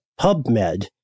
PubMed